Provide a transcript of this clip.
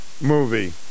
Movie